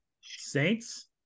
Saints